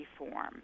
reform